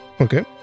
Okay